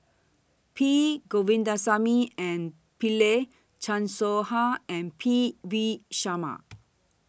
P Govindasamy and Pillai Chan Soh Ha and P V Sharma